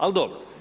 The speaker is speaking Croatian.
Al dobro.